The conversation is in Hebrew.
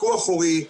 פיקוח הורי,